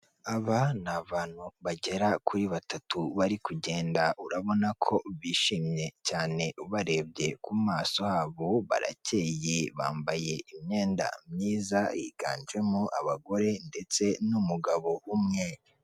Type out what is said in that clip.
Aba ni abantu bagera kuri batatu bari kugenda urabona ko bishimye cyane ubarebye ku maso habo barakeye bambaye imyenda myiza higanjemo abagore ndetse n'umugabo'umwe.